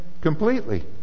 completely